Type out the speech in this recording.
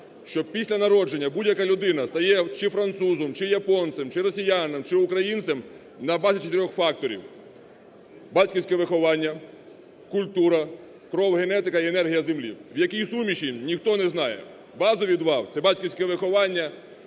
що після народження будь-яка людина стає чи французом, чи японцем, чи росіянином, чи українцем на базі чотирьох факторів: батьківське виховання, культура, кров, генетика і енергія землі, в якій суміші – ніхто не знає. Базові два – це батьківське виховання